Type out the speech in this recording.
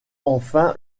enfin